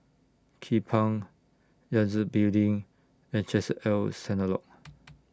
Kupang Yangtze Building and Chesed El Synagogue